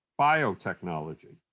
biotechnology